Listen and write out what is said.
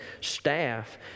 staff